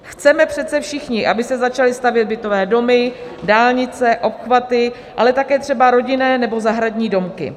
Chceme přece všichni, aby se začaly stavět bytové domy, dálnice, obchvaty, ale také třeba rodinné nebo zahradní domky.